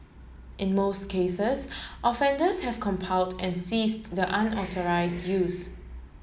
in most cases offenders have compiled and ceased the unauthorised use